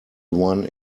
one